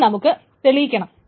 അതിനെ നമുക്ക് തെളിയിക്കണം